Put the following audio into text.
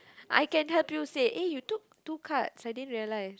I can help you say eh you took two cards I didn't realise